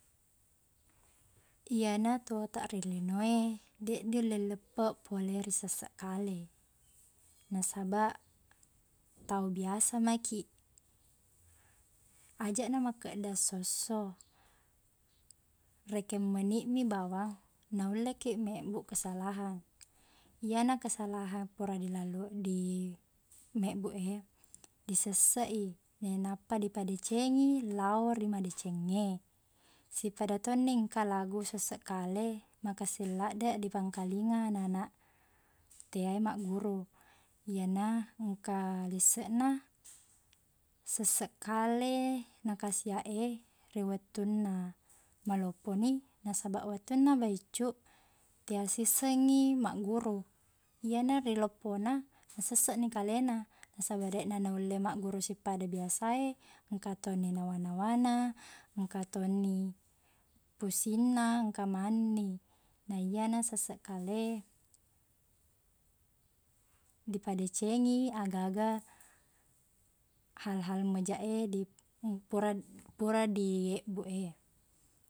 Iyena tuotaq ri lino e, deq dele leppeq pole ri sesseq kale. Nasabaq, tau biasa makiq. Ajaqna makkeda essosso, rekeng menitmi bawang, naullekiq mebbuq kesalahan. Iyena kesalahan pura dilalu- dimebbu e, disesseq i, nainappa dipedecengi lao ri madecengnge. Sippada tonni engka lagu sesseq kale, makessing laddeq dipangkelinga anak-anak tea e magguru. Iyena engka liseqna sesseq kale nakasiaq e ri wettuna malopponi, nasabaq wettuna baiccu, tea siseng i magguru. Iyena ri loppona nasesseqni kalena. Nasabaq, deqna naulle magguru sippada biasa e, engka to ni nawa-nawana, engka to ni pusingna, engka manengni. Naiyana sesseq kale, dipadecengi aga-aga hal-hal majaq e dip- pura- pura diebbu e.